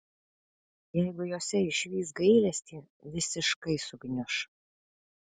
jeigu jose išvys gailestį visiškai sugniuš